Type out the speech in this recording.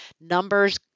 numbers